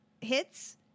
hits